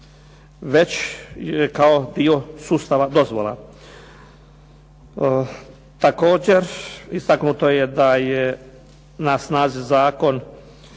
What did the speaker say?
već kao dio sustava dozvola. Također, istaknuto je da je na snazi Zakon